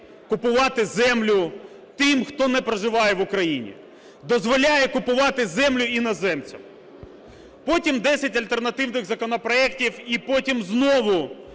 купувати землю тим, хто не проживає в Україні, дозволяє купувати землю іноземцям. Потім – 10 альтернативних законопроектів, і потім знову